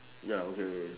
ya okay okay okay